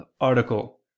article